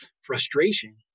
frustration